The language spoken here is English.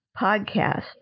podcast